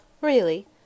Really